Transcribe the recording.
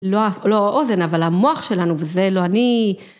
לא האוזן, אבל המוח שלנו, וזה לא אני...